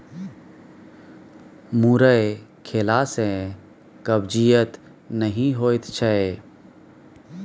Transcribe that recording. मुरइ खेला सँ कब्जियत नहि होएत छै